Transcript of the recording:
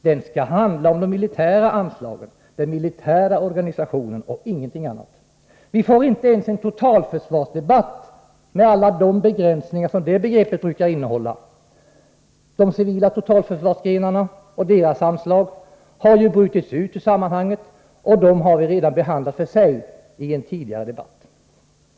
Den skall handla om de militära anslagen, den militära organisationen och ingenting annat. Vi får inte ens en totalförsvarsdebatt, med alla de begränsningar som det begreppet brukar innebära. De civila totalförsvarsgrenarna och deras anslag har ju brutits ut ur sammanhanget, och dem har vi redan behandlat för sig i en tidigare debatt.